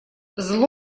зло